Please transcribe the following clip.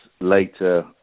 Later